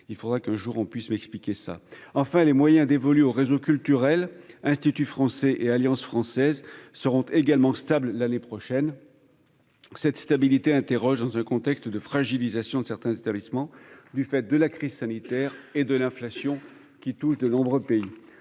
J'espère qu'on pourra me l'expliquer un jour ! Enfin, les moyens dévolus au réseau culturel, instituts français et alliances françaises, seront également stables l'année prochaine. Cette stabilité interroge, dans un contexte de fragilisation de certains établissements du fait de la crise sanitaire et de l'inflation qui touche de nombreux pays.